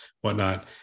whatnot